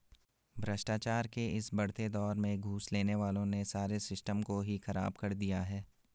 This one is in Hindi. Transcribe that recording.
भ्रष्टाचार के इस बढ़ते दौर में घूस लेने वालों ने सारे सिस्टम को ही खराब कर दिया है